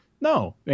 No